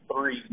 three